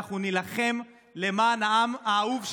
אנחנו נילחם למען העם האהוב שלנו,